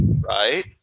right